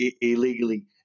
illegally